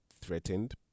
threatened